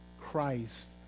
christ